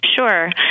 Sure